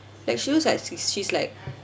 like she looks like sh~ she's like